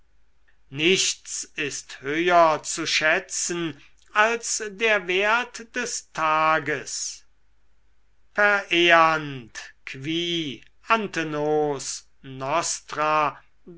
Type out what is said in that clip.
nichts ist höher zu schätzen als der wert des tages pereant qui ante